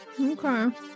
Okay